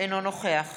אינו נוכח